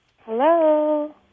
Hello